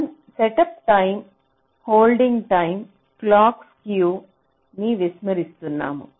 మనం setup time holding time clock skew ని విస్మరిస్తున్నాము